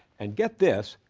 and, get this,